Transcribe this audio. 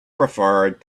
preferred